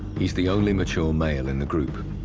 he's the only mature male in the group.